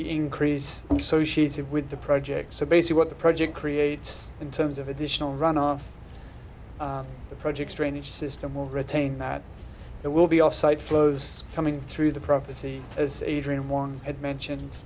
increase and so she said with the project so basically what the project creates in terms of additional runoff the projects drainage system will retain that it will be offsite flows coming through the prophecy as adrian one had mentioned